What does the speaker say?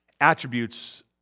attributes